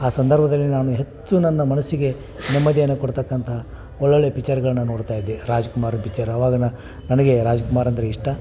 ಆ ಸಂದರ್ಭದಲ್ಲಿ ನಾನು ಹೆಚ್ಚು ನನ್ನ ಮನಸ್ಸಿಗೆ ನೆಮ್ಮದಿಯನ್ನು ಕೊಡತಕ್ಕಂತಹ ಒಳ್ಳೊಳ್ಳೆಯ ಪಿಚರ್ಗಳನ್ನ ನೋಡ್ತಾ ಇದ್ದೆ ರಾಜ್ಕುಮಾರನ ಪಿಚ್ಚರ್ ಅವಾಗ ನಾ ನನಗೆ ರಾಜ್ಕುಮಾರ್ ಅಂದರೆ ಇಷ್ಟ